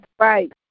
right